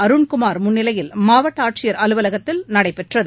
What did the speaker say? அருண்குமார் முன்னிலையில் மாவட்ட ஆட்சியர் அலுவலகத்தில் நடைபெற்றது